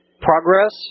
progress